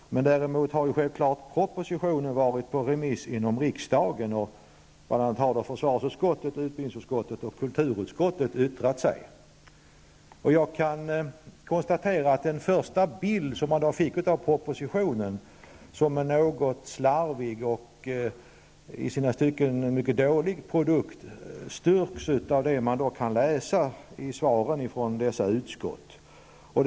Däremot har självfallet propositionen varit ute på remiss inom riksdagen. Bl.a. har förvarsutskottet, utbildningsutskottet och kulturutskottet yttrat sig. Jag kan konstatera att den första bild som man fick av propositionen, som är något slarvig och i sina stycken en mycket dålig produkt, stärks av det som kan läsas av remissvaren från nämnda utskott.